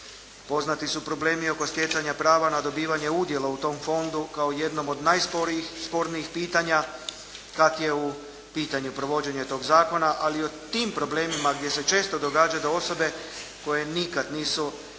Poznati su problemi oko stjecanja prava na dobivanje udjela u tom fondu kao jednom od najspornijih pitanja kad je u pitanju provođenje tog zakona, ali o tim problemima gdje se često događa da osobe koje nikada nisu imale